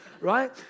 right